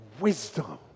wisdom